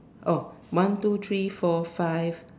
oh one two three four five